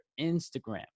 instagram